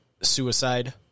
suicide